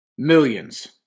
millions